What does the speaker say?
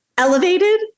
elevated